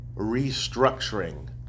restructuring